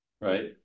Right